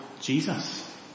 Jesus